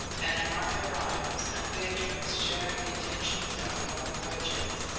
and martha grimes and beatrice sharing the attentions of noel bridges.